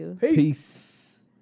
Peace